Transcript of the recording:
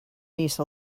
niece